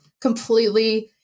completely